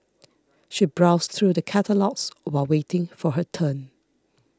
she browsed through the catalogues while waiting for her turn